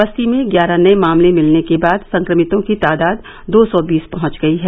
बस्ती में ग्यारह नए मामले मिलने के बाद संक्रमितों की तादाद दो सौ बीस पहुंच गयी है